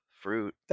fruit